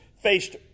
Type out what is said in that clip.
faced